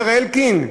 אומר אלקין: